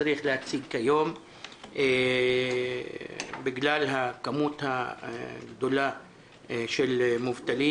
שצריך להציג כיום בגלל המספר הגדול של המובטלים.